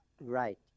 Right